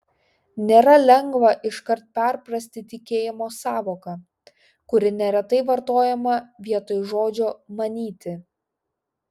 nėra lengva iškart perprasti tikėjimo sąvoką kuri neretai vartojama vietoj žodžio manyti